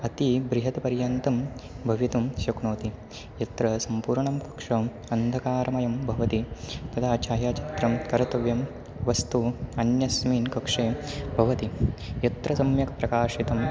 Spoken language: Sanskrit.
अति बृहत् पर्यन्तं भवितुं शक्नोति यत्र सम्पूर्णं कक्षाम् अन्धकारमयं भवति तदा छायाचित्रं कर्तव्यं वस्तु अन्यस्मिन् कक्षे भवति यत्र सम्यक् प्रकाशितं